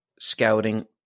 scouting